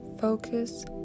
focus